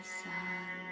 sun